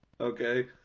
Okay